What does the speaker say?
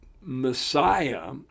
Messiah